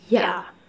yeah